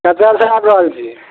कतऽसँ आबि रहल छी